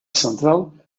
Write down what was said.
central